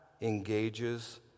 engages